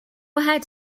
ahead